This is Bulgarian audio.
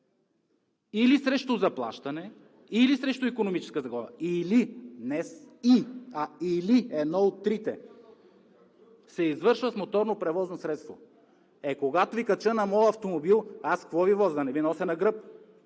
или срещу заплащане, или срещу икономическа изгода – или, не със и, а или – едно от трите се извършва с моторно превозно средство. Е, когато Ви кача на моя автомобил, аз с какво Ви возя? Да не Ви нося на гръб?!